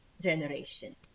Generation